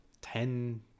Ten